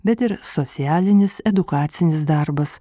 bet ir socialinis edukacinis darbas